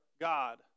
God